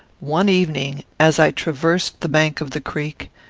one evening, as i traversed the bank of the creek,